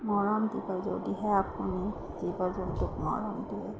মৰম দিব যদিহে আপুনি জীৱ জন্তুক মৰম দিয়ে